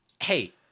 hey